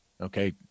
Okay